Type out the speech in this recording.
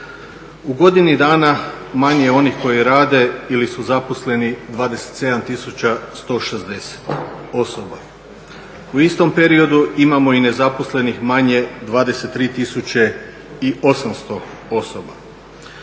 U godini dana manje je onih koji rade ili su zaposleni 27 160 osoba. U istom periodu imamo i nezaposlenih manje 23 800 osoba.